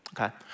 okay